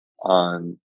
on